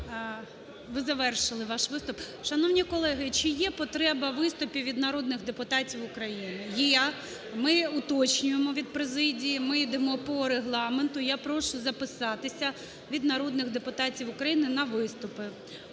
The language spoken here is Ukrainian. Ви завершили ваш виступ. Шановні колеги, чи є потреба виступів від народних депутатів України? Є. Ми уточнюємо від президії: ми йдемо по Регламенту. Я прошу записатися від народних депутатів України на виступи.